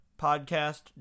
podcast